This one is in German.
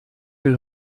will